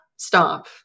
Stop